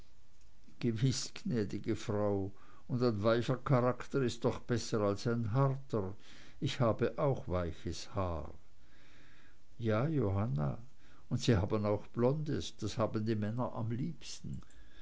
gewiß gnäd'ge frau und ein weicher charakter ist doch besser als ein harter ich habe auch weiches haar ja johanna und sie haben auch blondes das haben die männer am liebsten